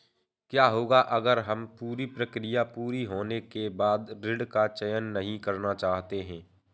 क्या होगा अगर हम पूरी प्रक्रिया पूरी होने के बाद ऋण का चयन नहीं करना चाहते हैं?